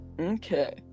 Okay